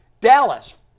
Dallas